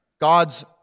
God's